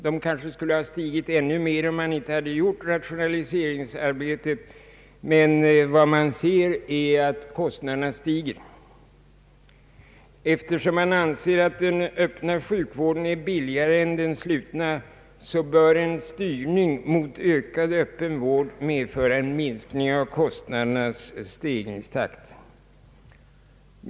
De skulle kanske ha stigit ännu mer om man inte hade gjort rationaliseringsarbeten, men vad man ser är att kostnaderna stiger. Eftersom man anser att den öppna sjukvården är billigare än den slutna bör en styrning mot ökad öppen vård medföra en minskning av kostnadernas stegringstakt.